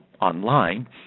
online